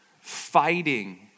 fighting